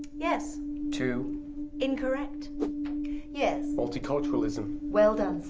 yes two incorrect yes? multiculturalism. well done,